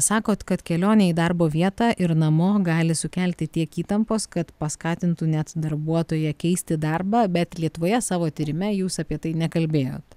sakot kad kelionė į darbo vietą ir namo gali sukelti tiek įtampos kad paskatintų net darbuotoją keisti darbą bet lietuvoje savo tyrime jūs apie tai nekalbėjot